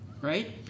right